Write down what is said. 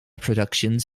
productions